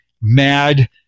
mad